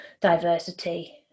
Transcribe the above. diversity